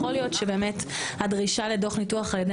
יכול להיות שהדרישה לדוח ניתוח על ידי